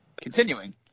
Continuing